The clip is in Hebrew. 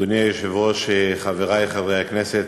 אדוני היושב-ראש, חברי חברי הכנסת,